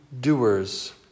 doers